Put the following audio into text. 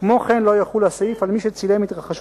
כמו כן לא יחול הסעיף על מי שצילם התרחשות